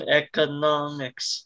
economics